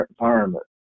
environment